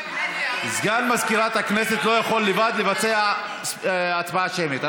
סגן מזכירת הכנסת לא יכול לבד לבצע הצבעה שמית.